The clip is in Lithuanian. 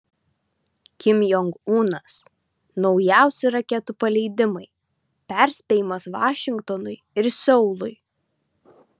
kim jong unas naujausi raketų paleidimai perspėjimas vašingtonui ir seului